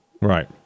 Right